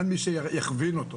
אין מי שיכוון אותו.